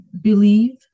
believe